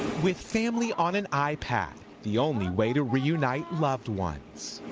with family on an ipad, the only way to reunite loved ones.